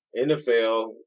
NFL